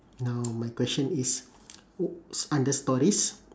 now my question is o~ is under stories